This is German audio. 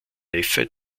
neffe